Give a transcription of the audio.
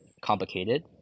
complicated